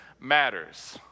matters